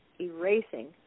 erasing